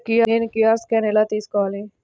నేను QR scan ఎలా తీసుకోవాలి?